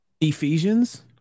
Ephesians